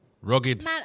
rugged